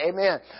amen